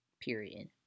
period